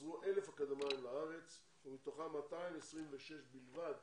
חזרו 1,000 אקדמאים לארץ ומתוכם 226 בלבד